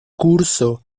curso